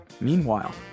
Meanwhile